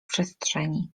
przestrzeni